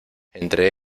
entre